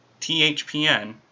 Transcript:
THPN